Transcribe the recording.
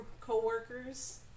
co-workers